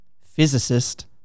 Physicist